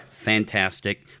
fantastic